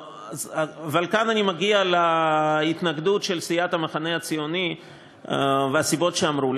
אבל כאן אני מגיע להתנגדות של סיעת המחנה הציוני והסיבות שאמרו לי.